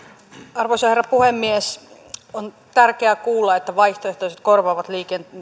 arvoisa rouva puhemies on tärkeää kuulla että vaihtoehtoiset korvaavat